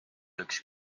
üks